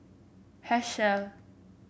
Herschel